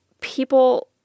people